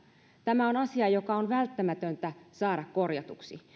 tämä on asia joka on välttämätöntä saada korjatuksi